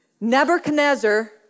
Nebuchadnezzar